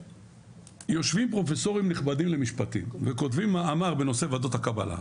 יושבים פרופסורים מכובדים למשפטים וכותבים מאמר בנושא ועדות הקבלה,